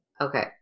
Okay